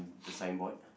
the signboard